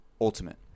ultimate